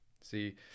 See